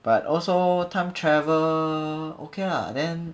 but also time travel okay lah then